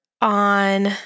on